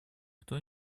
кто